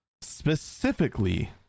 specifically